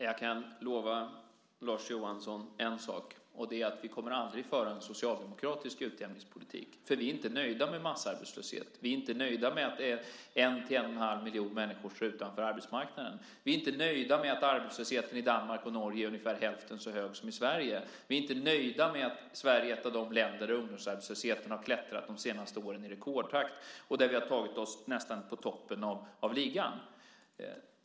Fru talman! Jag kan lova Lars Johansson att vi aldrig kommer att föra en socialdemokratisk utjämningspolitik. Vi är inte nöjda med massarbetslöshet. Vi är inte nöjda med att en till en och en halv miljon människor står utanför arbetsmarknaden. Vi är inte nöjda med att arbetslösheten i Danmark och Norge är ungefär hälften så hög som i Sverige. Vi är inte nöjda med att Sverige är ett av de länder där ungdomsarbetslösheten de senaste åren har klättrat i rekordtakt. Vi har tagit oss nästan till toppen av ligan.